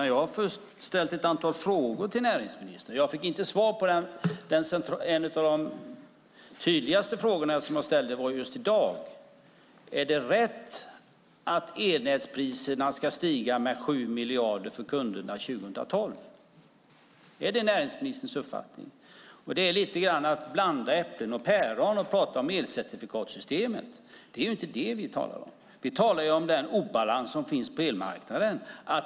Jag har ställt ett antal frågor till näringsministern, men fick inte svar på en av de tydligaste frågor jag ställde i dag: Är det rätt att elnätspriserna ska stiga med 7 miljarder för kunderna 2012? Är det näringsministerns uppfattning? Det är lite grann att blanda äpplen och päron att prata om elcertifikatssystemet. Det är inte det vi talar om. Vi talar om den obalans som finns på elmarknaden.